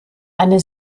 eine